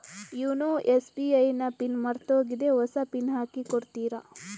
YONO SBI ನ pin ಮರ್ತೋಗಿದೆ ಹೊಸ ಪಿನ್ ಹಾಕಿ ಕೊಡ್ತೀರಾ?